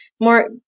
More